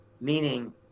meaning